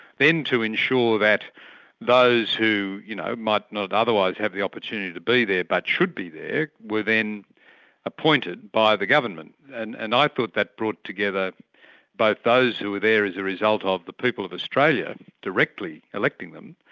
then to ensure that those who you know might not otherwise have the opportunity to be there, but should be there, were then appointed by the government, and and i thought that brought together both but those who were there as the result of the people of australia directly electing them,